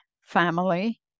family